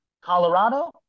Colorado